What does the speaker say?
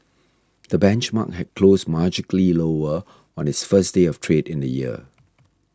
the benchmark had closed marginally lower on its first day of trade in the year